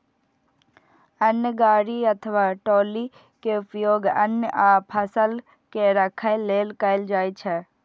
अन्न गाड़ी अथवा ट्रॉली के उपयोग अन्न आ फसल के राखै लेल कैल जाइ छै